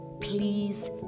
please